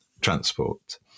transport